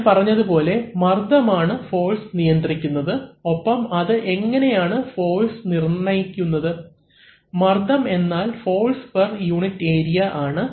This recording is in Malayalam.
ഞാൻ പറഞ്ഞതുപോലെ മർദ്ദമാണ് ഫോഴ്സ് നിർണയിക്കുന്നത് ഒപ്പം അത് എങ്ങനെയാണ് ഫോഴ്സ് നിർണയിക്കുന്നത് മർദ്ദം എന്നാൽ ഫോഴ്സ് പെർ യൂണിറ്റ് ഏരിയ ആണ്